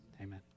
Amen